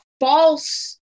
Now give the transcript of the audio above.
false